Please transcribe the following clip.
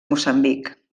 moçambic